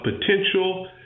potential